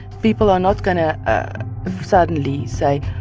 people are not going to suddenly say,